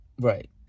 Right